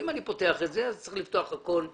אם אני פותח את זה, צריך לפתוח הכול מחדש.